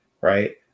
right